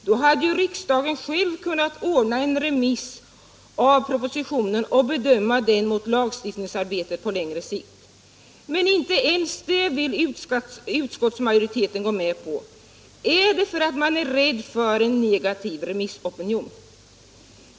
Då hade riksdagen själv kunnat ordna en remiss av propositionen och bedöma den mot lagstiftningsarbetet på längre sikt. Men inte ens det vill utskottsmajoriteten gå med på. Är det för att man är rädd för en negativ remissopinion?